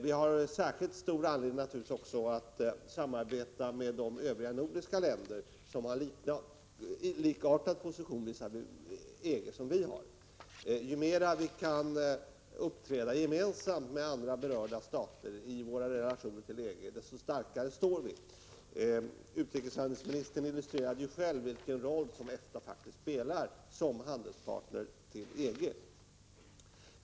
Vi har särskilt stor anledning naturligtvis att samarbeta med de övriga nordiska länderna, som har likartad position visavi EG som vi. Ju mera vi kan uppträda gemensamt med andra berörda stater i våra relationer till EG, desto starkare står vi. Utrikeshandelsministern illustrerade själv vilken roll EFTA faktiskt spelar som handelspartner till EG.